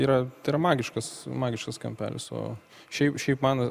yra tai yra magiškas magiškas kampelis o šiaip šiaip man